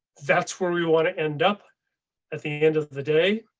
that's where we want to end up at the end of the day,